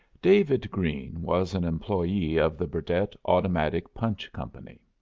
david greene was an employee of the burdett automatic punch company.